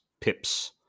pips